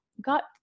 got